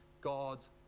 God's